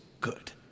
good